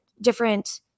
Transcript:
different